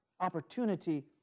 Opportunity